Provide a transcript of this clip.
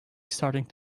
starting